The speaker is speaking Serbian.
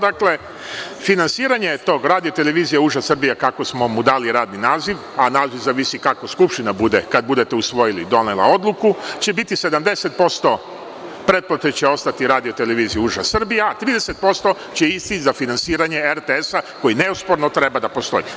Dakle, finansiranje tog radio-televizija uža Srbija, kako smo mu dali radni naziv, a naziv zavisi kako Skupština, kada budete usvojili, donela odluku, će biti 70% će ostati radio-televiziji uža Srbija, a 30% će ići za finansiranje RTS, koji nesporno treba da postoji.